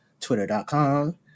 Twitter.com